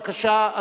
בבקשה,